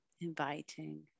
inviting